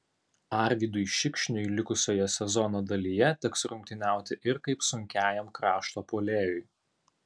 arvydui šikšniui likusioje sezono dalyje teks rungtyniauti ir kaip sunkiajam krašto puolėjui